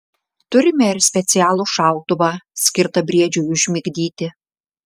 turime ir specialų šautuvą skirtą briedžiui užmigdyti